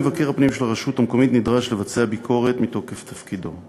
מבקר הפנים של הרשות המקומית נדרש לבצע ביקורת מתוקף תפקידו.